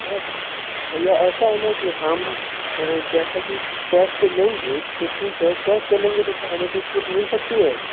भैया भैया ऐसा है ना कि हम जैसा कि कैश से लेंगे तो ठीक है कैश पर लेंगे तो क्या हमे कुछ छूट मिल सकती है